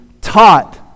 taught